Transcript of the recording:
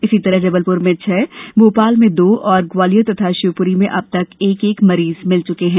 इसी तरह जबलपुर में छह भोपाल दो और ग्वालियर तथा शिवपुरी में अब तक एक एक मरीज भिल चुकें हैं